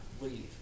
leave